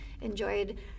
enjoyed